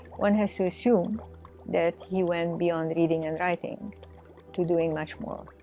one has to assume that he went beyond reading and writing to doing much more.